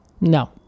no